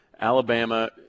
Alabama